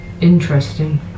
interesting